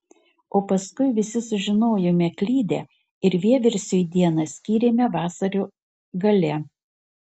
o paskui visi sužinojome klydę ir vieversiui dieną skyrėme vasario gale